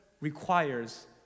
requires